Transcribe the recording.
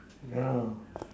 yeah